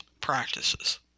practices